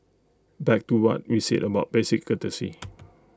back to what we said about basic courtesy